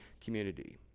community